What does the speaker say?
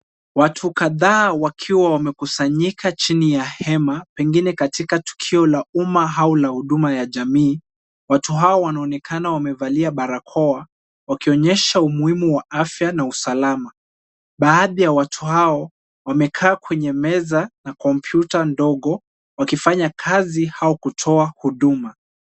Watu kadhaa wakiwa wamekusanyika chini ya hema, pengine katika tukio la uma au la huduma ya jamii. Watu hao wanaonekana wamevalia barakoa, wakionyesha umuhimu wa afya na usalama. Baadhi ya watu hao wamekaa kwenye meza na kompyuta ndogo, wakifanya kazi au kutoa huduma.